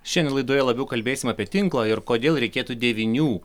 šiandien laidoje labiau kalbėsim apie tinklą ir kodėl reikėtų devynių